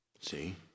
See